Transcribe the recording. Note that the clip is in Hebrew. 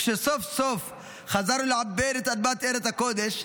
כשסוף-סוף חזרנו לעבד את אדמת ארץ הקודש,